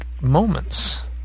moments